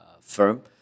firm